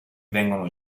vengono